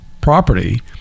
property